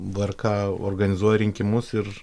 vrk organizuoja rinkimus ir